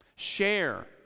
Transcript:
Share